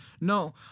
No